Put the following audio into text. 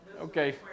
Okay